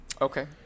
okay